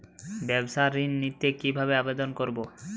ব্যাবসা ঋণ নিতে কিভাবে আবেদন করব?